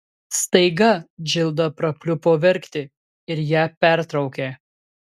staiga džilda prapliupo verkti ir ją pertraukė